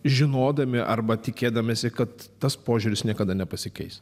žinodami arba tikėdamiesi kad tas požiūris niekada nepasikeis